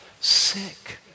sick